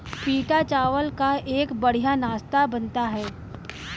पीटा चावल का एक बढ़िया नाश्ता बनता है